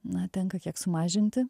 na tenka kiek sumažinti